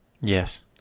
Yes